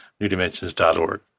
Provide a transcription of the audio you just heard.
newdimensions.org